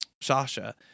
Sasha